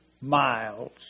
miles